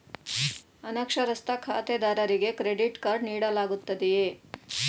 ಅನಕ್ಷರಸ್ಥ ಖಾತೆದಾರರಿಗೆ credit card ನೀಡಲಾಗುತ್ತದೆಯೇ?